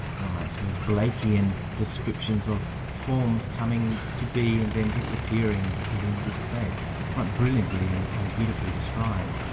well i suppose blakean descriptions of forms coming to be and then disappearing within this space. it's quite brilliantly and and beautifully described.